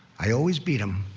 i always beat him.